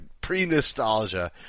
pre-nostalgia